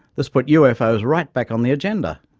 this put ufos right back on the agenda.